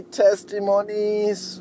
testimonies